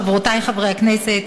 חברותי חברות הכנסת,